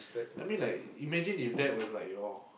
I mean like imagine if that was like your